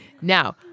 Now